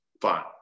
Fine